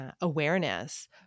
awareness